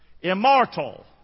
immortal